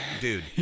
dude